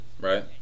right